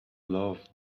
love